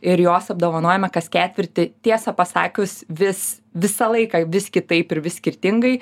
ir juos apdovanojame kas ketvirtį tiesą pasakius vis visą laiką vis kitaip ir vis skirtingai